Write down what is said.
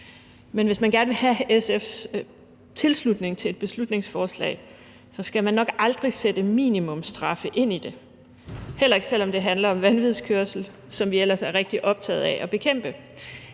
men hvis man gerne vil have SF's tilslutning til et beslutningsforslag, skal man nok aldrig sætte minimumsstraffe ind i det, heller ikke selv om det handler om vanvidskørsel, som vi ellers er rigtig optagede af at bekæmpe.